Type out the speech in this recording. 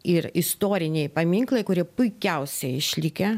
ir istoriniai paminklai kurie puikiausiai išlikę